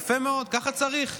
יפה מאוד, ככה צריך.